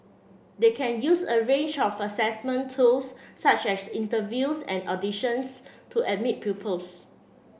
they can use a range of assessment tools such as interviews and auditions to admit pupils